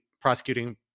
prosecuting